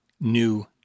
new